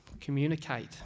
communicate